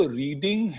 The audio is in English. reading